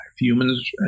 Humans